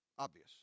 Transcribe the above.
Obvious